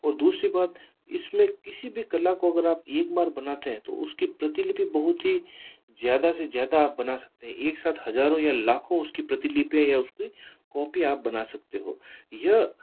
और दूसरी बात इसमें किसी भी कला को अगर आप एक बार बनाते हैं तो उसके प्रतिलिपि बहुत ही ज़्यादा से ज़्यादा आप बन सकते हैं एक साथ हजारों या लाखों उसकी प्रतिलिपियाँ या उसकी कॉपी आप बना सकते हो यह